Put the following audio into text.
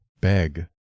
beg